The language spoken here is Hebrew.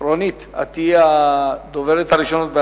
רונית, את תהיה הדוברת הראשונה.